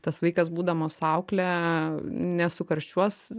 tas vaikas būdamas su aukle nesukarščiuos